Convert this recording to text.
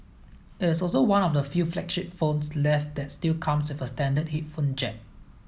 it is also one of the few flagship phones left that still comes with a standard headphone jack